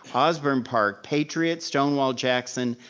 osborne park, patriot, stonewall jackson,